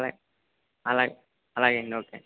అలాగే అలాగే అలాగే అండి ఓకే అండి